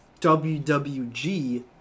WWG